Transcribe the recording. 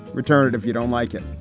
return it if you don't like it.